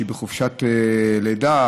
שהיא בחופשת לידה,